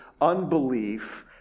unbelief